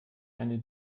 die